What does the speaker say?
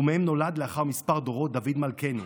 ומהם נולד לאחר כמה דורות דוד מלכנו.